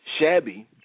shabby